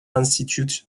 institute